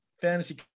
Fantasy